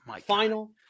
final